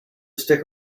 stick